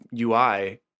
UI